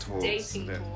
dating